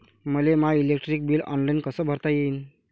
मले माय electric bill online कस भरता येईन?